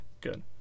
good